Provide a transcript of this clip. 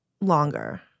Longer